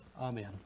Amen